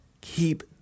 Keep